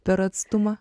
per atstumą